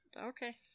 Okay